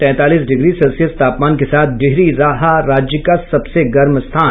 तैंतालीस degree Celsius तापमान के साथ डिहरी रहा राज्य का सबसे गर्म स्थान